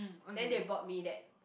then they bought me that